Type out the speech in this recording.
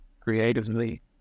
creatively